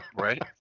Right